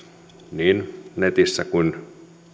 niin netissä kuin